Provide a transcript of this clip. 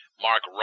Mark